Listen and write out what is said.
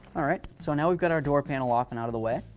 all right, so now we've got our door panel off and out of the way.